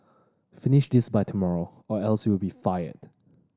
finish this by tomorrow or else you'll be fired